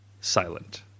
silent